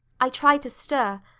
i tried to stir,